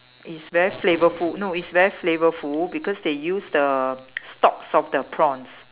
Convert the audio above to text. it's very flavorful no it's very flavourful because they use the stocks of the prawns